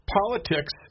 politics